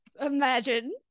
Imagine